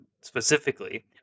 specifically